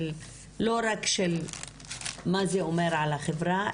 לא רק של מה זה אומר על החברה,